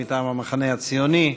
מטעם המחנה הציוני.